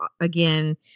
again